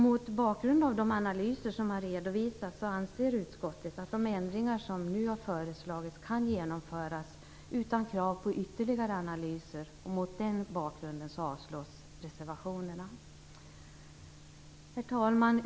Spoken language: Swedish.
Mot bakgrund av de analyser som har redovisats anser utskottet att de ändringar som nu har föreslagits kan genomföras utan krav på ytterligare analyser. Mot den bakgrunden avstyrks reservationerna. Herr talman!